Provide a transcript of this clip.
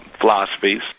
philosophies